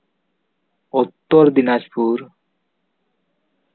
Uttar Dinajpur